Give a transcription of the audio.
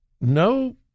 no